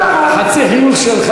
חצי חיוך שלך,